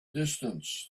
distance